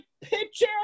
picture